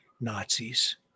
Nazis